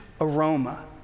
aroma